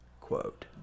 quote